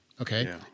okay